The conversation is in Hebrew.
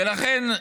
ולכן,